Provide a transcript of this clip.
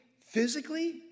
physically